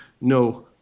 no